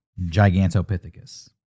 gigantopithecus